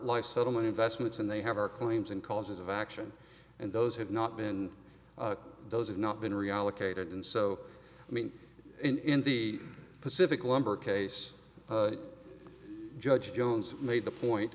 life settlement investments and they have our claims and causes of action and those have not been those have not been reallocated and so i mean in the pacific lumber case judge jones made the point